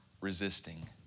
resisting